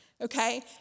Okay